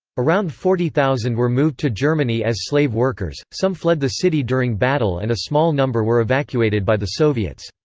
around forty thousand were moved to germany as slave workers, some fled the city during battle and a small number were evacuated by the soviets.